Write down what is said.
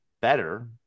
better